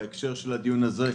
בהקשר של הדיון הזה,